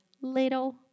Little